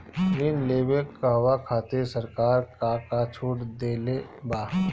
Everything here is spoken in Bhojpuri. ऋण लेवे कहवा खातिर सरकार का का छूट देले बा?